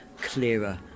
clearer